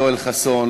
יואל חסון,